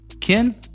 Ken